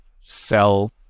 sell